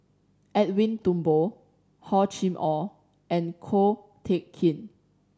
Edwin Thumboo Hor Chim Or and Ko Teck Kin